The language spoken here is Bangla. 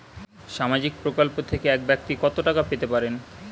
সামাজিক প্রকল্প থেকে এক ব্যাক্তি কত টাকা পেতে পারেন?